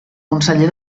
conseller